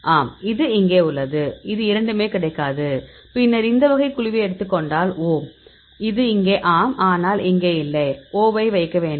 ஆம் இது இங்கே உள்ளது இது இரண்டுமே கிடைக்காது பின்னர் இந்த வகை குழுவை எடுத்துக்கொண்டால் O இது இங்கே ஆம் ஆனால் இங்கே இல்லை 0 ஐ வைக்க வேண்டும்